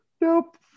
nope